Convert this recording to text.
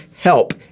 help